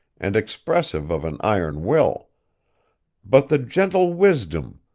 and expressive of an iron will but the gentle wisdom,